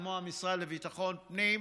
כמו המשרד לביטחון פנים,